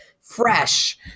Fresh